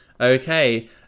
Okay